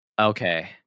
Okay